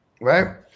right